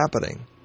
happening